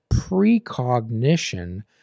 precognition